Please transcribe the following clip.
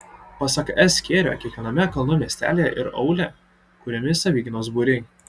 pasak s kėrio kiekviename kalnų miestelyje ir aūle kuriami savigynos būriai